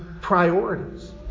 priorities